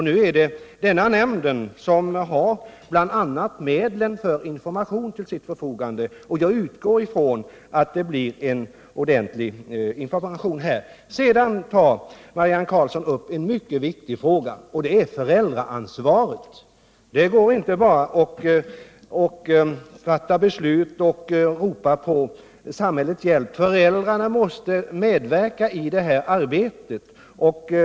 Det är denna nämnd som bl.a. också har medlen för information till sitt förfogande, och jag utgår ifrån att det blir en ordentlig information i det här avseendet. Marianne Karlsson tar vidare upp en annan mycket viktig fråga, och den gäller föräldraansvaret. Det går inte att bara hänvisa till fattade beslut och ropa på samhällets hjälp, utan föräldrarna måste medverka i det här arbetet.